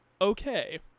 okay